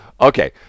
Okay